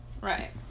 Right